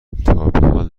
تابحال